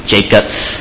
Jacob's